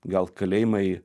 gal kalėjimai